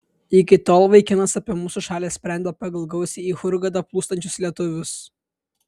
iki tol vaikinas apie mūsų šalį sprendė pagal gausiai į hurgadą plūstančius lietuvius